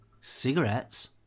cigarettes